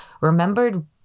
remembered